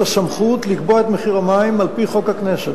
הסמכות לקבוע את מחיר המים על-פי חוק הכנסת.